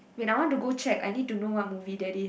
wait I want to go check I need to know what movie that is